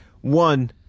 one